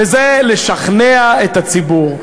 וזה לשכנע את הציבור.